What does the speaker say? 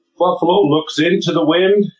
buffalo looks into the wind,